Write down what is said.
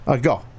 Go